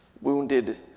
wounded